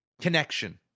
connection